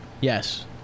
Yes